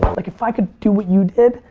but like if i could do what you did,